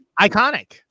iconic